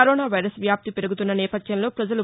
corona virus వ్యాప్తి పెరుగుతున్న నేపద్యంలో పజలు